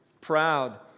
proud